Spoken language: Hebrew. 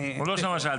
הוא לא שמע מה שאלתי.